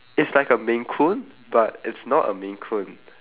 it's like a maine-coon but it's not a maine-coon